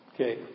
Okay